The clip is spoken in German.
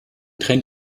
trennt